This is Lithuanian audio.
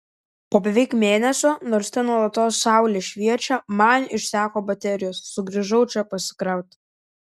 po beveik mėnesio nors ten nuolatos saulė šviečia man išseko baterijos sugrįžau čia pasikrauti